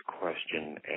question